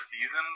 season